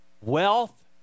wealth